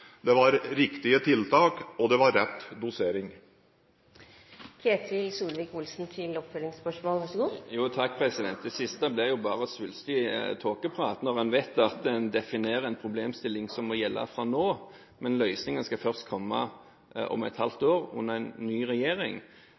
dosering. Det siste ble jo bare svulstig tåkeprat – når en vet at en definerer en problemstilling som må gjelde fra nå, men løsningen skal først komme om et halvt år under en ny regjering.